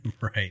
Right